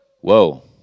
whoa